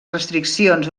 restriccions